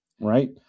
right